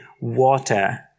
water